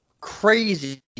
crazy